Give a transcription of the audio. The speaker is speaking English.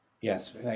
Yes